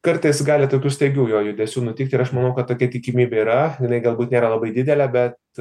kartais gali tokių staigių jo judesių nutikt ir aš manau kad tokia tikimybė yra jinai galbūt nėra labai didelė bet